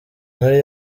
muri